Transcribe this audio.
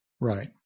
Right